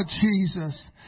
Jesus